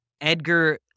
Edgar